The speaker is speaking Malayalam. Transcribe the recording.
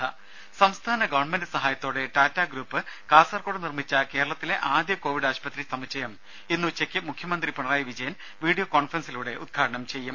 രേര സംസ്ഥാന ഗവൺമെന്റ് സഹായത്തോടെ ടാറ്റ ഗ്രൂപ്പ് കാസർകോട് നിർമ്മിച്ച കേരളത്തിലെ ആദ്യ കോവിഡ് ആശുപത്രി സമുച്ചയം ഇന്ന് ഉച്ചയ്ക്ക് മുഖ്യമന്ത്രി പിണറായി വിജയൻ വീഡിയോ കോൺഫറൻസിലൂടെ ഉദ്ഘാടനം ചെയ്യും